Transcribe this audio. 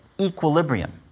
equilibrium